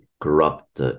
corrupt